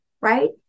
right